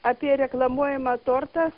apie reklamuojamą tortą